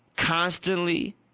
constantly